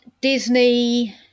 Disney